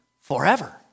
Forever